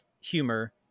humor